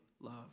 love